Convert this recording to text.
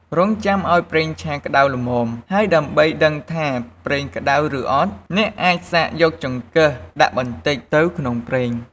រង់ចាំឱ្យប្រេងឆាក្តៅល្មម ហើយដើម្បីដឹងថាប្រេងក្តៅឬអត់ អ្នកអាចសាកយកចង្កឹះដាក់បន្តិចទៅក្នុងប្រេង។